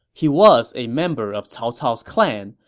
he was a member of cao cao's clan,